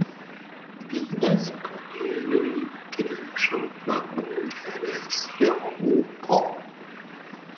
vynas padėjo ji grįžo namo geresnio ūpo